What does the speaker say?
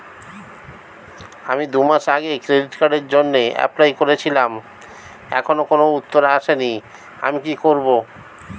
আমি দুমাস আগে ক্রেডিট কার্ডের জন্যে এপ্লাই করেছিলাম এখনো কোনো উত্তর আসেনি আমি কি করব?